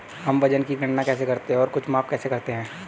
हम वजन की गणना कैसे करते हैं और कुछ माप कैसे करते हैं?